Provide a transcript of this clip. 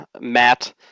Matt